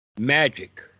magic